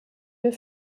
wir